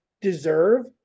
deserve